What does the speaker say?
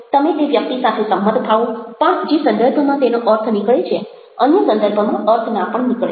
તમે તે વ્યક્તિ સાથે સંમત થાઓ પણ જે સંદર્ભમાં તેનો અર્થ નીકળે છે અન્ય સંદર્ભમાં અર્થ ના પણ નીકળે